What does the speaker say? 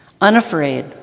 unafraid